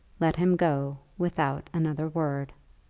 let him go without another word.